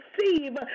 receive